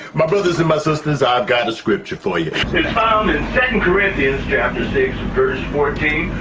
my brothers and my sisters, i've got a scripture for you. its found in second corinthians chapter six verse fourteen.